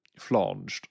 flanged